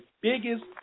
biggest